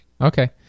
Okay